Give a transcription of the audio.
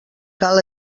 cal